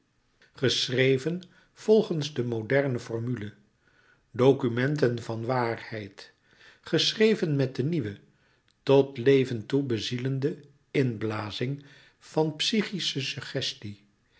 geschreven volgens de moderne formule documenten van waarheid geschreven met de nieuwe tot leven toe bezielende inblazing van psychische suggestie